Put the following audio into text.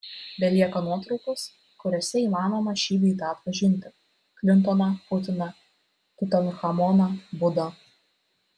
belieka nuotraukos kuriose įmanoma šį bei tą atpažinti klintoną putiną tutanchamoną budą